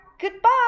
Goodbye